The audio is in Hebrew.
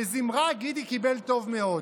בזמרה גידי קיבל טוב מאוד.